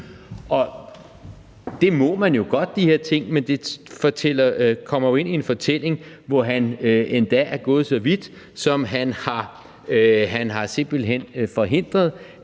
ting må man jo godt, men det kommer jo ind i en fortælling, hvor han endda er gået så vidt som simpelt hen at forhindre,